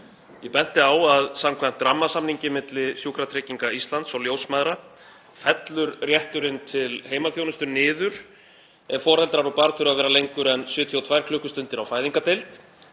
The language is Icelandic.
Ég benti á að samkvæmt rammasamningi milli Sjúkratrygginga Íslands og ljósmæðra fellur rétturinn til heimaþjónustu niður ef foreldrar og barn þurfa að vera lengur en 72 klukkustundir á fæðingardeild,